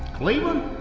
cleveland?